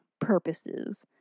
purposes